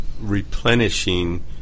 replenishing